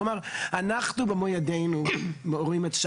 כלומר אנחנו במו ידינו הורסים.